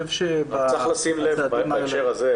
צריך לשים לב בהקשר הזה.